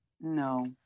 No